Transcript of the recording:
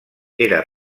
era